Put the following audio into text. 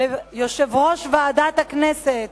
ליושב-ראש ועדת הכנסת,